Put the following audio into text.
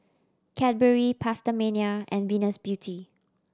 Cadbury PastaMania and Venus Beauty